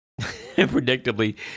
predictably